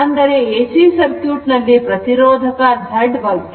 ಅಂದರೆ AC circuit ನಲ್ಲಿ ಪ್ರತಿರೋಧದ ಬಗ್ಗೆ